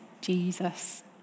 Jesus